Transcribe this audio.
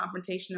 confrontational